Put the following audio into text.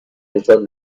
نشان